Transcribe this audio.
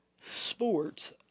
Sports